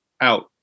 out